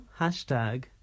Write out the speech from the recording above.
Hashtag